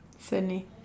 Sydney